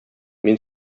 мин